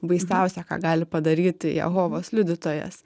baisiausia ką gali padaryti jehovos liudytojas